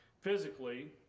physically